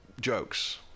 jokes